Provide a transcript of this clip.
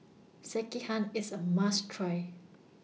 Sekihan IS A must Try